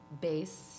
base